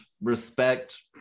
respect